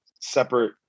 separate